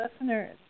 listeners